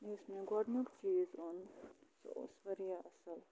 یُس مےٚ گۄڈٕنیُک چیٖز اوٚن سُہ اوس واریاہ اَصٕل